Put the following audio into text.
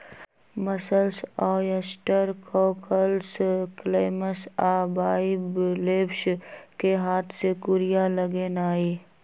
mussels, oyster, cockles, clams आ bivalves कें हाथ से कूरिया लगेनाइ